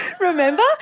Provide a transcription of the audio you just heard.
remember